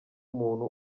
muntu